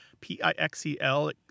P-I-X-E-L